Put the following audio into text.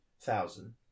thousand